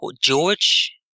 George